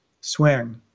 swing